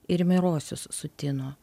ir mirosius sutino